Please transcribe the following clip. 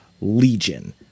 Legion